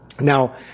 Now